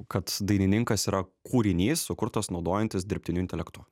kad dainininkas yra kūrinys sukurtas naudojantis dirbtiniu intelektu